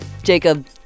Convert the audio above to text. Jacob